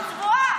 די.